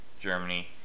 Germany